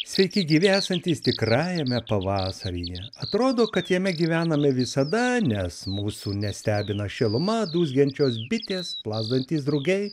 sveiki gyvi esantys tikrajame pavasaryje atrodo kad jame gyvename visada nes mūsų nestebina šiluma dūzgiančios bitės plazdantys drugiai